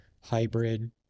hybrid